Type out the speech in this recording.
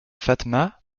fatma